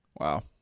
wow